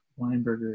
Weinberger